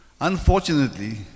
Unfortunately